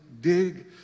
dig